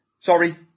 Sorry